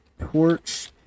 torch